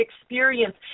experience